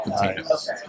potatoes